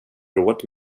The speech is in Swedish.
råd